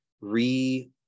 re-